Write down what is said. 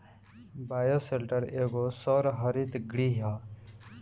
bioshelter एगो सौर हरित गृह ह